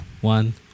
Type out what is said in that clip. one